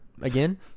again